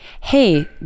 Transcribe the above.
hey